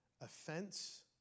offense